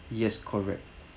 yes correct